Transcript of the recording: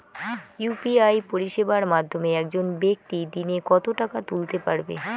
UPI পরিষেবার মাধ্যমে একজন ব্যাক্তি দিনে কত টাকা তুলতে পারবে?